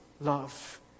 Love